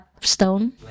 stone